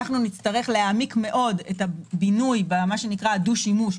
נצטרך להעמיק מאוד את הבינוי והדו-שימוש,